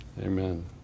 Amen